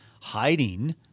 hiding